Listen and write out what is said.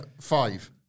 Five